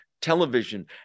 television